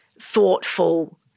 thoughtful